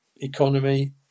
economy